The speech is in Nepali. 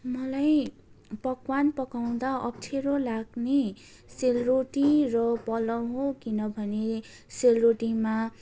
मलाई पकवान पकाउँदा अप्ठेरो लाग्ने सेलरोटी र पलाउ हो किनभने सेलरोटीमा